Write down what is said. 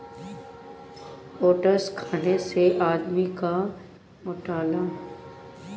oats खाए से आदमी ना मोटाला